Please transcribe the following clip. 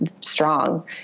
strong